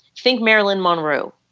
think marilyn monroe,